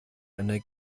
einer